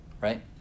right